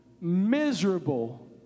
miserable